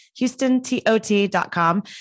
houstontot.com